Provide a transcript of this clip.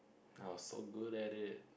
I was so good at it